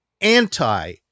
anti